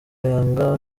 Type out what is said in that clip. yanga